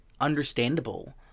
understandable